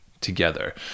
together